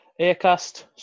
AirCast